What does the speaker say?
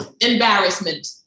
embarrassment